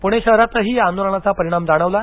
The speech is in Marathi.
पुणे शहरातही या आंदोलनाचा परिणाम जाणवला